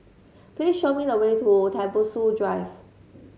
please show me the way to Tembusu Drive